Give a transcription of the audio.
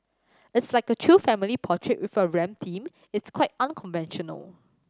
it's like a chill family portrait with a rap theme it's quite unconventional